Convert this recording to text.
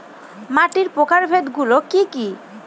মাটির প্রকারভেদ গুলো কি কী?